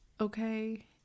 okay